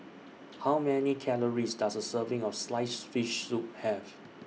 How Many Calories Does A Serving of Sliced Fish Soup Have